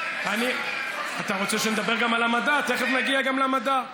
דבר על המדע.